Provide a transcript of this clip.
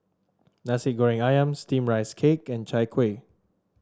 Nasi Goreng ayam steamed Rice Cake and Chai Kuih